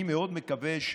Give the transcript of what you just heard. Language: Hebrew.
אני מאוד מקווה,